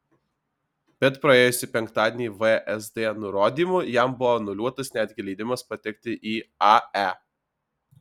bet praėjusį penktadienį vsd nurodymu jam buvo anuliuotas netgi leidimas patekti į ae